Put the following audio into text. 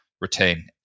retain